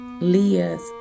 Leah's